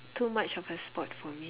too much of a sport for me